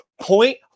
point –